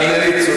לילית.